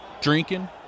drinking